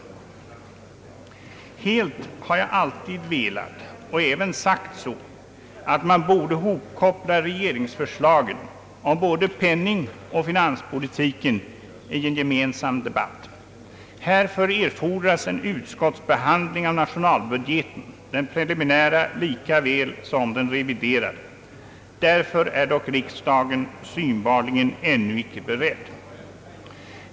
Helst har jag alltid velat och även sagt så, att man borde hopkoppla regeringsförslagen om både penningoch finanspolitiken i en gemensam debatt. Härför erfordras en utskottsbehandling av nationalbudgeten — den preliminära lika väl som den reviderade. Därtill är dock riksdagen synbarligen ännu icke beredd.